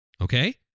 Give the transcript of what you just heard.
Okay